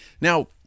Now